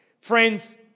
Friends